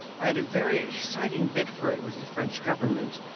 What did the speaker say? i had a very exciting bid for it with the french government.